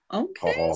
okay